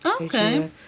okay